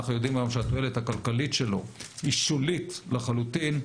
אנחנו יודעים היום שהתועלת הכלכלית שלו היא שולית לחלוטין.